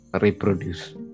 reproduce